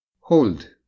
Hold